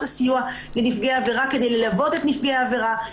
הסיוע לנפגעי העבירה כדי ללוות את נפגעי העבירה,